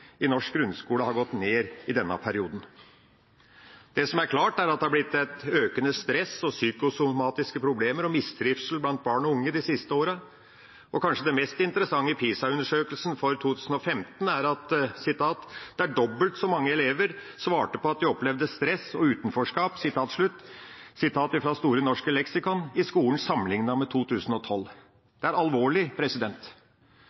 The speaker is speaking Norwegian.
i norsk grunnskole har gått ned i denne perioden. Det som er klart, er at det har blitt økende stress, psykosomatiske problemer og mistrivsel blant barn og unge de siste årene. Og kanskje det mest interessante i PISA-undersøkelsen for 2015 er at «dobbelt så mange elever svarte at de opplevde stress og utenforskap» – sitat fra Store norske leksikon – i skolen, sammenlignet med